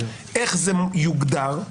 איך זה יוגדר,